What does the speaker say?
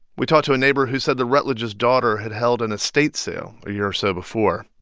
we talked to a neighbor who said that rutledge's daughter had held an estate sale a year or so before.